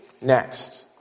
Next